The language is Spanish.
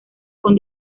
con